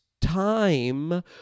time